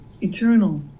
eternal